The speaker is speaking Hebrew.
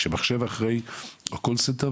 כשמחשב אחראי או call center,